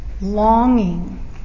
longing